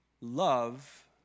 love